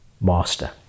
master